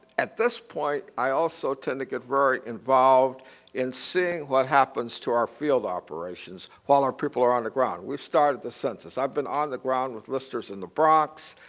at this point, i also tend to get very involved in seeing what happens to our field operations while our people are on the ground. we started the census. i've been on the ground with listers in the bronx,